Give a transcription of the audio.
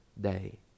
day